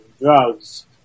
drugs